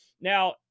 Now